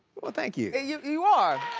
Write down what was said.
well, thank you. you you are.